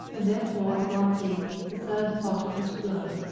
and therefore i grant thee the third part of his blood.